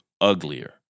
uglier